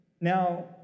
Now